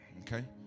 Okay